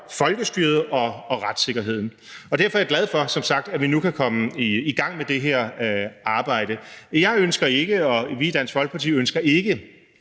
folkestyret og retssikkerheden. Og derfor er jeg som sagt glad for, at vi nu kan komme i gang med det her arbejde. Jeg ønsker ikke, og vi i Dansk Folkeparti ønsker ikke,